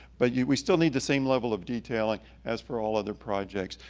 but yeah we still need the same level of detailing as for all other projects.